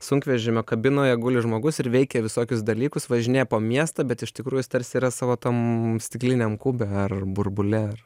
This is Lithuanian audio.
sunkvežimio kabinoje guli žmogus ir veikia visokius dalykus važinėja po miestą bet iš tikrųjų jis tarsi yra savo tam stikliniam kube ar burbule ar